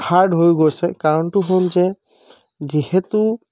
hard হৈ গৈছে কাৰণটো হ'ল যে যিহেতু